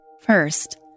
First